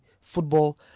football